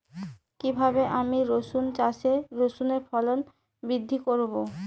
কীভাবে আমি রসুন চাষে রসুনের ফলন বৃদ্ধি করব?